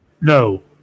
No